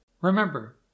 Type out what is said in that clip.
Remember